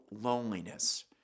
loneliness